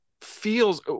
feels